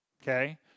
Okay